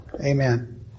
Amen